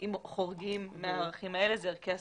אם חורגים מהערכים האלה, זה ערכי הסביבה.